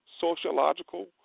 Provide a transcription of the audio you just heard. sociological